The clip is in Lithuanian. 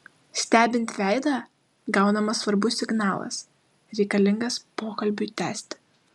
stebint veidą gaunamas svarbus signalas reikalingas pokalbiui tęsti